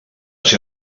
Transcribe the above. ser